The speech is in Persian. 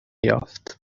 یافت